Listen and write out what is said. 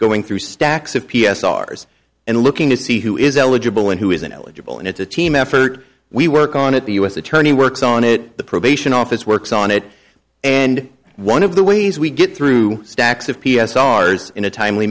going through stacks of p s r s and looking to see who is eligible and who isn't eligible and it's a team effort we work on it the u s attorney works on it the probation office works on it and one of the ways we get through stacks of p s ours in a timely